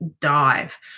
dive